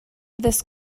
this